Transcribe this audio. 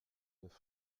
neuf